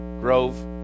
Grove